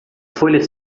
folhas